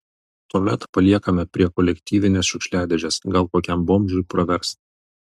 tuomet paliekame prie kolektyvinės šiukšliadėžės gal kokiam bomžui pravers